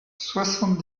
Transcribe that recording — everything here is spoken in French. soixante